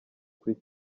kuri